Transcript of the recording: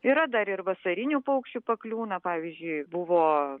yra dar ir vasarinių paukščių pakliūna pavyzdžiui buvo